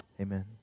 Amen